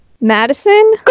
madison